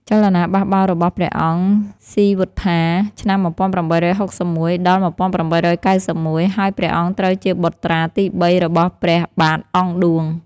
ចលនាបះបោររបស់ព្រះអង្គស៊ីវត្ថា (ឆ្នាំ ១៨៦១-១៨៩១) ហើយ ព្រះអង្គត្រូវជាបុត្រាទី ៣ របស់ព្រះបាទអង្គឌួង។